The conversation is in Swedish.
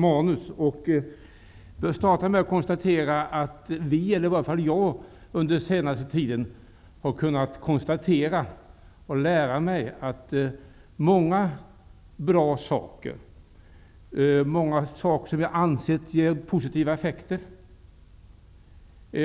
Jag börjar med att konstatera att vi, i varje fall jag, under den senaste tiden har fått lära oss att många bra saker som vi tidigare ansett ge enbart positiva effekter, i